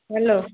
hello